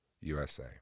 USA